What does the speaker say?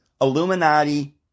Illuminati